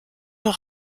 nur